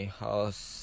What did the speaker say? house